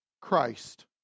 Christ